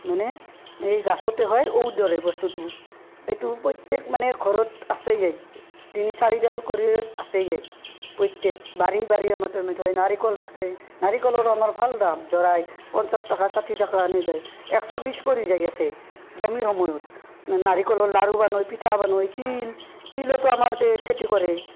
মানে এই গাছতে হয় ঔৰ দৰে বস্তুটো সেইটো প্ৰত্যেক মানে ঘৰত আছেয়েই তিনি চাৰিডাল কৰি আছেয়েই প্ৰত্যেক বাৰী বাৰী আমাৰ তাৰমানে থয় নাৰিকল থাকে নাৰিকলৰো আমাৰ ভাল দাম যোৰাই পঞ্চাশ টাকা ষাঠি টাকা এনে যায় একশ বিছ কৰি যাই আছে দামী সময়ত নাৰিকলৰ লাড়ু বানোই পিঠা বানোই তিল তিলতো আমাৰ ইয়াতে খেতি কৰে